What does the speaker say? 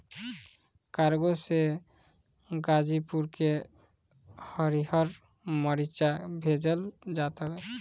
cargo से गाजीपुर के हरिहर मारीचा भेजल जात हवे